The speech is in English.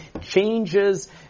changes